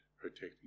protecting